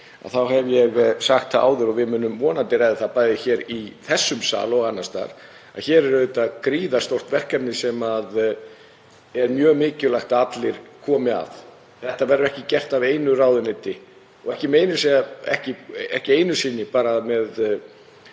þá hef ég sagt það áður, og við munum vonandi ræða það bæði hér í þessum sal og annars staðar, að hér er auðvitað gríðarstórt verkefni sem er mjög mikilvægt að allir komi að. Þetta verður ekki gert af einu ráðuneyti og ekki einu sinni þótt það